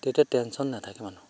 তেতিয়া টেনচন নাথাকে মানুহৰ